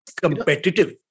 competitive